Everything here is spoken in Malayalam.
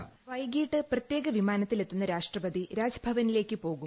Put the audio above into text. വോയിസ് വൈകിട്ട് പ്രത്യേക വിമാനത്തിലെത്തുന്ന രാഷ്ട്രപതി രാജ്ഭവനിലേക്ക് പോകും